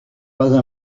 pas